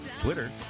Twitter